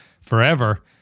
forever